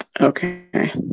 Okay